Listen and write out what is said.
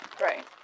Right